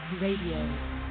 Radio